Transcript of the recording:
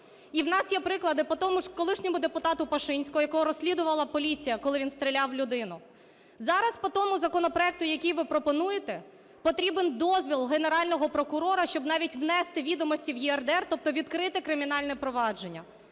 І в нас є приклади по тому ж колишньому депутату Пашинському, якого розслідувала поліція, коли він стріляв у людину. Зараз по тому законопроекту, який ви пропонуєте, потрібен дозвіл Генерального прокурора, щоб навіть внести відомості в ЄРДР, тобто відкрити кримінальне провадження.